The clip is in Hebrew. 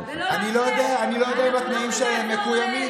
אני לא יודע אם התנאים שלהם מקוימים,